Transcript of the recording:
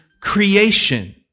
creation